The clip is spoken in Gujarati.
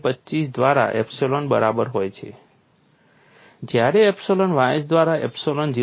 25 દ્વારા એપ્સિલોન બરાબર હોય છે જ્યારે એપ્સિલોન ys દ્વારા એપ્સિલોન 0